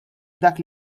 dak